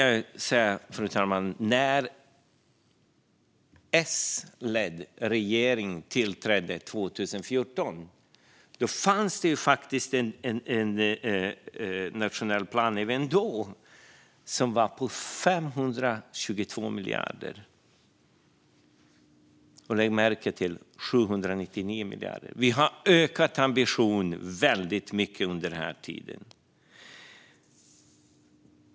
Även när en S-ledd regering tillträdde 2014 fanns det en nationell plan, som var på 522 miljarder. Lägg märke till att den nuvarande är på 799 miljarder. Vi har ökat ambitionen väldigt mycket under denna tid.